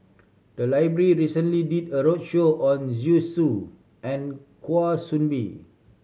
the library recently did a roadshow on Zhu Xu and Kwa Soon Bee